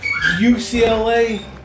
UCLA